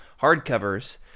hardcovers